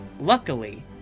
luckily